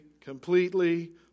completely